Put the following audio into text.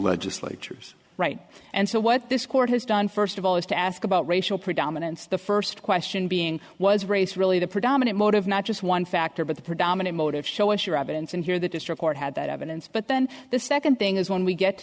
legislatures right and so what this court has done first of all is to ask about racial predominance the first question being was race really the predominant motive not just one factor but the predominant motive show us your evidence and here that this report had that evidence but then the second thing is when we get